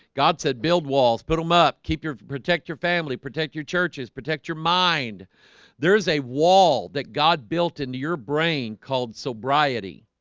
god said build walls put them up. keep your protect your family protect your churches protect your mind there's a wall that god built into your brain called sobriety